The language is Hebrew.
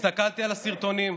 הסתכלתי על הסרטונים,